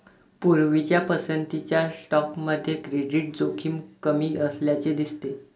पूर्वीच्या पसंतीच्या स्टॉकमध्ये क्रेडिट जोखीम कमी असल्याचे दिसते